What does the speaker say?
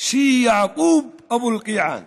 כשיעקוב אבו אלקיעאן